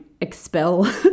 expel